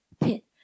pit